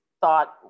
thought